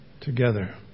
together